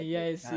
yes